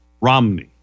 Romney